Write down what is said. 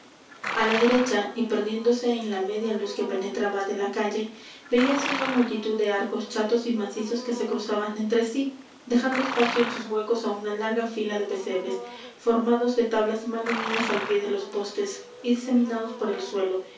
a la derecha y perdiéndose en la media luz que penetraba de la calle veíase una multitud de arcos chatos y macizos que se cruzaban entre sí dejando espacio en sus huecos á una larga fila de pesebres formados de tablas mal unidas al pie de los postes y diseminados por el suelo